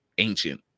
ancient